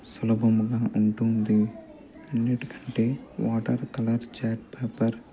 సులభముగా ఉంటుంది అన్నిటికంటే వాటర్ కలర్ చాట్ పేపర్